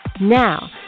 Now